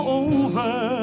over